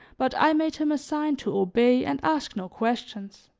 but i made him a sign to obey and ask no questions.